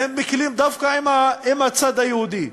הם מקִלים דווקא עם הצד היהודי.